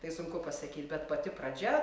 tai sunku pasakyt bet pati pradžia